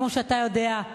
כמו שאתה יודע,